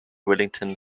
willington